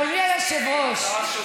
חברים,